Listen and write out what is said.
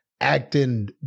acting